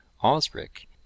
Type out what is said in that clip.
Osric